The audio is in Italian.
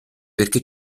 perché